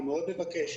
אני מאוד מבקש.